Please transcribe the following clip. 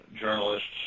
journalists